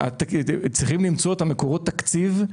צריכים למצוא את מקורות התקציב,